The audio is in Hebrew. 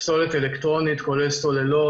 פסולת אלקטרונית כולל סוללות,